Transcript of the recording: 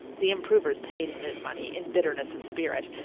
the improvers paid him his money in bitterness of spirit,